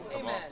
Amen